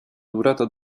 durata